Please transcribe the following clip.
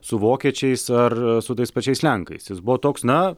su vokiečiais ar su tais pačiais lenkais jis buvo toks na